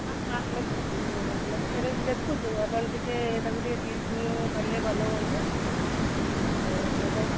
ହଁ ଆମେ ତ ଆମେ ତ ପେରେଣ୍ଟସ୍ ଦେଖୁଛୁ ଆପଣ ଟିକେ ତାକୁ ଟିକେ ଟ୍ୟୁସନ୍ କଲେ ଭଲ ହୁଅନ୍ତା ଆଉ